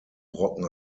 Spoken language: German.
brocken